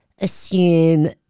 assume